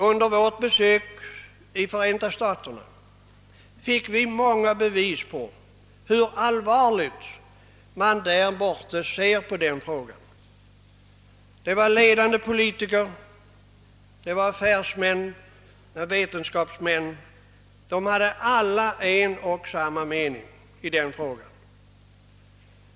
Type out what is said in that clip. Under jordbruksutskottets besök i Förenta staterna fick vi många bevis på hur allvarligt man där borta ser på denna fråga. Ledande politiker, affärsmän och vetenskapsmän, alla hade en och samma mening.